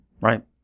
Right